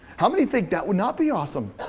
how many think that would not be awesome?